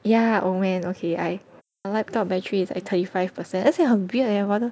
yeah oh man okay I my laptop battery is at thirty five percent 而且很 weird leh 我的